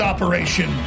Operation